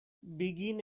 begin